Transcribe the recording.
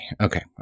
Okay